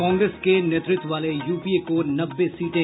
कांग्रेस के नेतृत्व वाले यूपीए को नब्बे सीटें